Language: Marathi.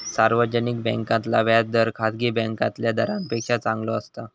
सार्वजनिक बॅन्कांतला व्याज दर खासगी बॅन्कातल्या दरांपेक्षा चांगलो असता